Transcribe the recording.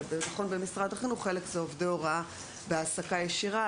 וזה נכון במשרד החינוך חלק זה עובדי הוראה בהעסקה ישירה,